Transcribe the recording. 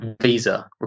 visa